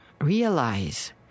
realize